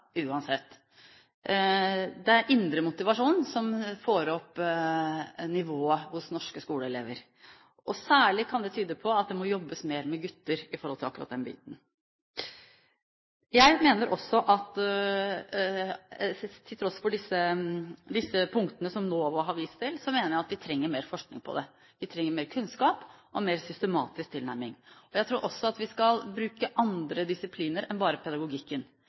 Det er indre motivasjon som får opp nivået hos norske skoleelever, og særlig kan det tyde på at det må jobbes mer med gutter når det gjelder akkurat den biten. Jeg mener også at til tross for disse punktene som NOVA har vist til, trenger vi mer forskning på det, vi trenger mer kunnskap og mer systematisk tilnærming. Jeg tror også at vi skal bruke andre disipliner enn bare pedagogikken.